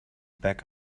back